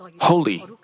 holy